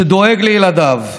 שדואג לילדיו.